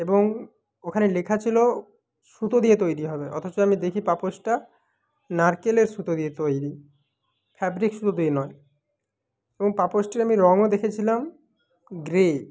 এবং ওখানে লেখা ছিল সুতো দিয়ে তৈরি হবে অথচ আমি দেখি পাপোশটা নারকেলের সুতো দিয়ে তৈরি ফ্যাব্রিক সুতো দিয়ে নয় এবং পাপোশটির আমি রঙও দেখেছিলাম গ্রে